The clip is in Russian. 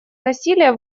насилия